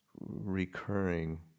recurring